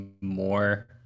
more